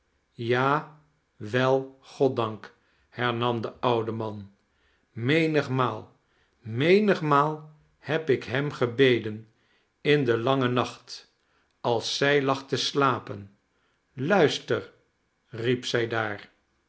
ja wel goddank hernam de oude man menigmaal menigmaal heb ik hem gebeden in den langen nacht als zij lag te slapen luister riep zij daar